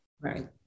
Right